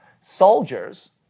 Soldiers